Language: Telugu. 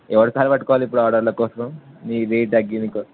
ఎవడి కాళ్ళు పట్టుకోవాలి ఇప్పుడు ఆర్డర్ల కోసం మీ రేట్ తగ్గియ కోసం